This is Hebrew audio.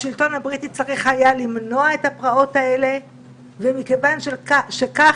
השלטון הבריטי צריך היה למנוע את הפרעות האלה ומכיוון שכך,